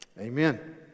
amen